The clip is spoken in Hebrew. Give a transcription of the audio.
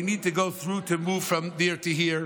need to go through to move from there to here,